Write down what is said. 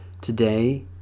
today